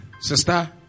sister